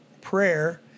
prayer